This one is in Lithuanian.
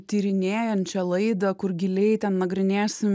tyrinėjančią laidą kur giliai ten nagrinėsim